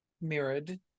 mirrored